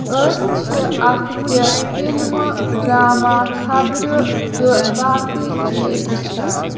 أسۍ چھِ اَتھ پٮ۪ٹھ فِلمہٕ ڈرامہ خبرٕ تہٕ باقٕے چیٖز وُچھان